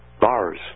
bars